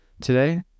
today